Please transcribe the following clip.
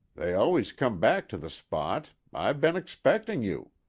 they always come back to the spot i've been expectin' you.